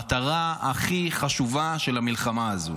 זו עדיין המטרה הכי חשובה של המלחמה הזו.